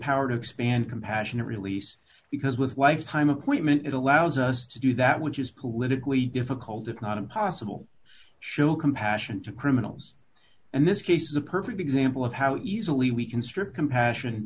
power to expand compassionate release because with lifetime appointment it allows us to do that which is politically difficult if not impossible show compassion to criminals and this case is a perfect example of how easily we can strip compassion